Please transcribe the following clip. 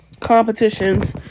Competitions